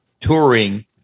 touring